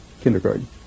kindergarten